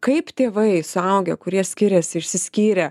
kaip tėvai suaugę kurie skiriasi išsiskyrę